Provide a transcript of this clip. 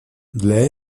для